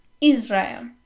Israel